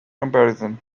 comparison